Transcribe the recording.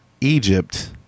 Egypt